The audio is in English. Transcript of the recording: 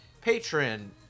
patron